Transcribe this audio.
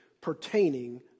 pertaining